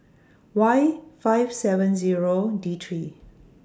Y five seven Zero D three